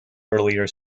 earlier